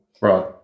right